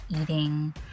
eating